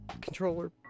controller